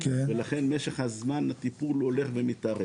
ולכן משך זמן הטיפול הולך ומתארך.